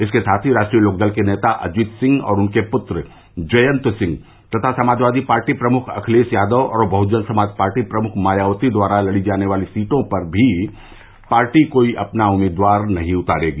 इसके साथ ही राष्ट्रीय लोकदल के नेता अजित सिंह और उनके पृत्र जयन्त सिंह तथा समाजवादी पार्टी प्रमुख अखिलेश यादव और बहजन समाज पार्टी प्रमुख मायावती द्वारा लड़ी जाने वाली सीटों पर भी पार्टी कोई उम्मीदवार नहीं उतारेगी